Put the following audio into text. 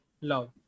love